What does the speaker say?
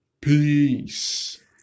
Peace